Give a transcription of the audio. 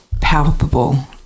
palpable